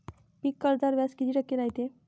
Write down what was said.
पीक कर्जावर व्याज किती टक्के रायते?